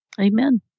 Amen